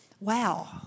Wow